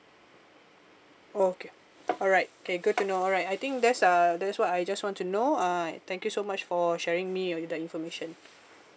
oh okay alright okay good to know alright I think that's uh that's what I just want to know uh thank you so much for sharing me your with the information